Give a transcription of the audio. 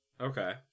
Okay